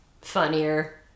funnier